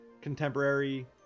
contemporary